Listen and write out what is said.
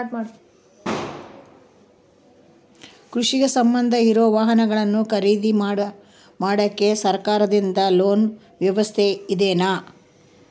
ಕೃಷಿಗೆ ಸಂಬಂಧ ಇರೊ ವಾಹನಗಳನ್ನು ಖರೇದಿ ಮಾಡಾಕ ಸರಕಾರದಿಂದ ಲೋನ್ ವ್ಯವಸ್ಥೆ ಇದೆನಾ?